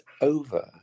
over